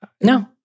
No